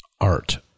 Art